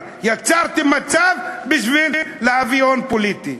יצרתם מצב בשביל להביא הון פוליטי.